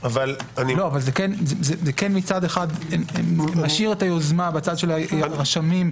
זה כן מצד אחד משאיר את היוזמה בצד של הרשמים,